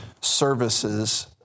services